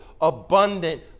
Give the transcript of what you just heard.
abundant